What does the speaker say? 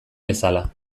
bezala